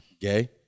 Gay